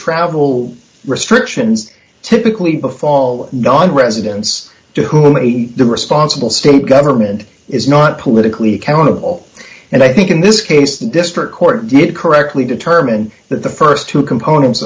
travel restrictions typically befall nonresidents to whom the responsible state government is not politically accountable and i think in this case the district court did correctly determine that the st two components